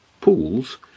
pools